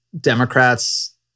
Democrats